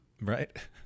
Right